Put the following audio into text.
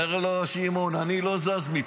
אומר לו שמעון: אני לא זז מפה.